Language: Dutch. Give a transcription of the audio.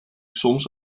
soms